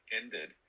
ended